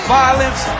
violence